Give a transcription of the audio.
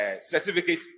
certificate